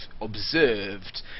observed